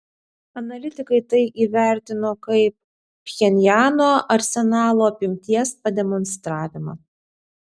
analitikai tai įvertino kaip pchenjano arsenalo apimties pademonstravimą